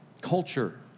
culture